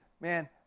man